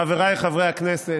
חבריי חברי הכנסת,